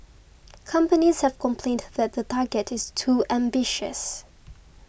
companies have complained that the target is too ambitious